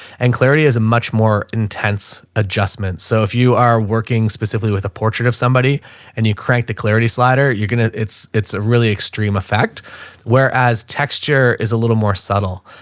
and clarity is a much more intense adjustments. so if you are working specifically with a portrait of somebody and you crank the clarity slider, you're gonna, it's, it's a really extreme effect whereas texture is a little more subtle.